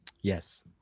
Yes